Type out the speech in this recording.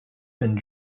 and